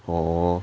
orh